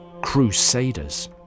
Crusaders